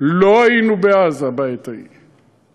לא היינו בעזה בעת ההיא.